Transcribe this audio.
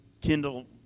kindle